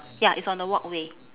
ya it's on the walkway